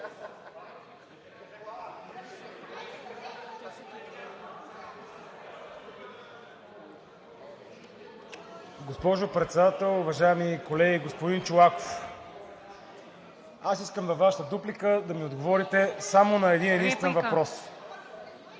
Госпожо Председател, уважаеми колеги! Господин Чолаков, искам на Вашата дуплика да ми отговорите само на един-единствен въпрос.